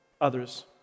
others